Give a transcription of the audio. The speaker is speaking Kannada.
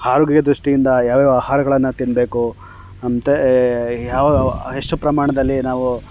ಆರೋಗ್ಯ ದೃಷ್ಟಿಯಿಂದ ಯಾವ್ಯಾವ ಆಹಾರಗಳನ್ನು ತಿನ್ನಬೇಕು ಅಂತ ಯಾವ ಯಾವ ಎಷ್ಟು ಪ್ರಮಾಣದಲ್ಲಿ ನಾವು